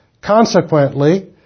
Consequently